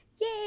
yay